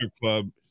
club